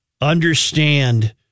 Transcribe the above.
understand